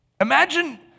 Imagine